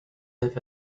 live